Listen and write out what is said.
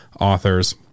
authors